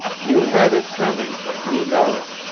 you had it coming and you know it.